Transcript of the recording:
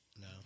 No